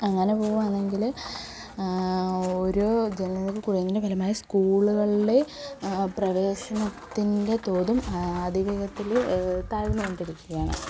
അങ്ങനെ പോവുകയാണെങ്കില് ഓരോ ജനനനിരക്ക് കുറയുന്നതിൻ്റെ ഫലമായി സ്കൂളുകളിള് പ്രവേശനത്തിൻ്റെ തോതും അതിവേഗത്തില് താഴ്ന്നുകൊണ്ട് ഇരിക്കുകയാണ്